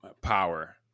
power